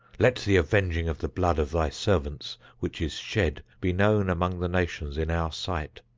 let the avenging of the blood of thy servants which is shed, be known among the nations in our sight.